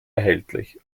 erhältlich